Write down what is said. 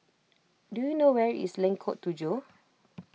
do you know where is Lengkok Tujoh